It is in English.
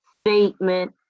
statement